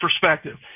perspective